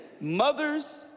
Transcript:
mothers